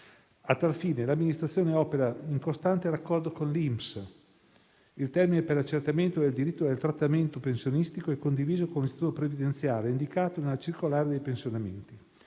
A tal fine, l'Amministrazione opera in costante raccordo con l'INPS: il termine per l'accertamento del diritto al trattamento pensionistico è condiviso con l'Istituto previdenziale e indicato nella circolare dei pensionamenti.